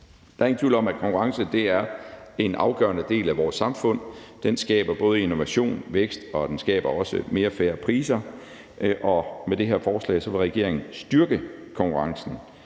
Der er ingen tvivl om, at konkurrence er en afgørende del af vores samfund. Den skaber både innovation, vækst, og den skaber også mere fair priser. Og med det her forslag vil regeringen styrke konkurrencen.